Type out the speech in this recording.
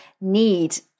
need